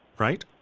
right?